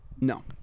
No